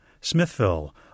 Smithville